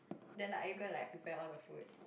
then like are you going to like prepare all the food